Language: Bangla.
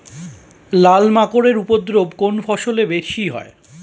লাল মাকড় এর উপদ্রব কোন ফসলে বেশি হয়?